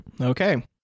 Okay